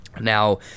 Now